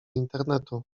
internetu